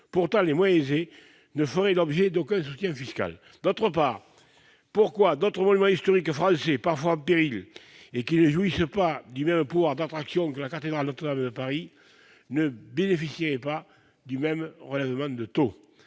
pourtant les moins aisées, ne feraient l'objet d'aucun soutien fiscal. D'autre part, pourquoi d'autres monuments historiques français, parfois en péril et qui ne jouissent pas du même pouvoir d'attraction que la cathédrale Notre-Dame de Paris, ne bénéficieraient pas du même relèvement de taux ?